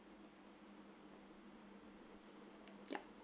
yup